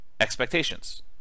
expectations